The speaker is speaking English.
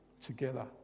together